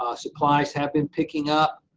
ah supplies have been picking up,